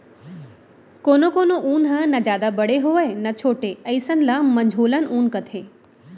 कोनो कोनो ऊन ह न जादा बड़े होवय न छोटे अइसन ल मझोलन ऊन कथें